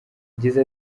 yagize